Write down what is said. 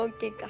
Okay